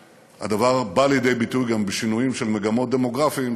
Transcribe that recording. הדבר בא לידי ביטוי גם בשינויים של מגמות דמוגרפיות,